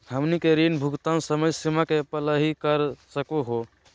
हमनी के ऋण भुगतान समय सीमा के पहलही कर सकू हो?